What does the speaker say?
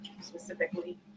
specifically